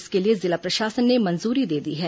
इसके लिए जिला प्रशासन ने मंजूरी दे दी है